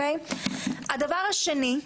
הדבר השני,